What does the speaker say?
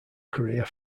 career